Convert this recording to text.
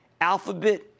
Alphabet